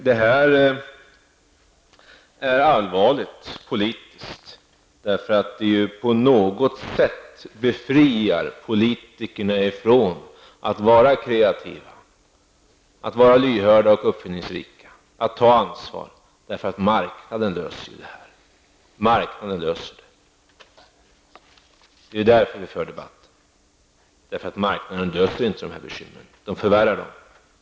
Det här är allvarligt politiskt, för det befriar på något sätt politikerna från att vara kreativa, lyhörda och uppfinningsrika samt från att ta ansvar, för marknaden sägs ju lösa problemet. Det är därför vi för debatten, för marknaden löser inte dessa bekymmer, den förvärrar dem.